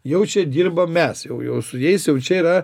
jau čia dirbam mes jau jau su jais jau čia yra